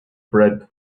bread